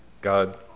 God